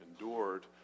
endured